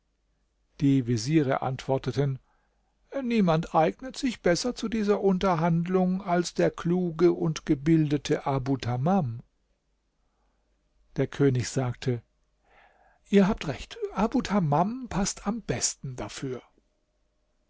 die veziere antworteten niemand eignet sich besser zu dieser unterhandlung als der kluge und gebildete abu tamam der könig sagte ihr habt recht abu tamam paßt am besten dafür